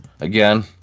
again